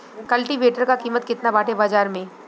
कल्टी वेटर क कीमत केतना बाटे बाजार में?